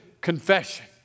confession